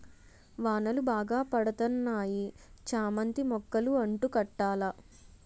వానలు బాగా పడతన్నాయి చామంతి మొక్కలు అంటు కట్టాల